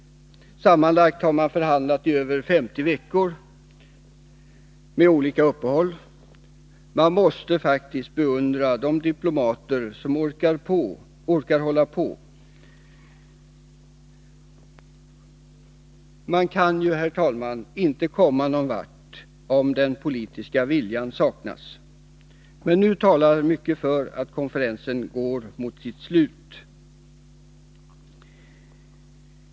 Sammanlagt har man förhandlat i över 50 veckor, med olika uppehåll. Man måste faktiskt beundra de diplomater som orkar hålla på. Man kan, herr talman, inte komma någon vart om den politiska viljan saknas. Nu talar emellertid mycket för att konferensen trots allt går mot sitt slut.